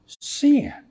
sin